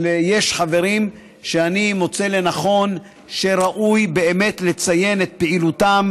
אבל יש חברים שאני מוצא שראוי באמת לציין את פעילותם,